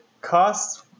costs